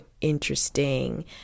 interesting